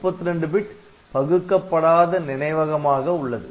32 bit பகுக்கப்படாத நினைவகமாக உள்ளது